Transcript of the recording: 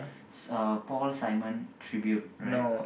uh Paul-Simon Tribute right